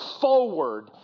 forward